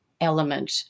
element